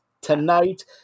Tonight